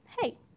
hey